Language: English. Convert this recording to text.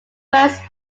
first